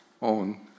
own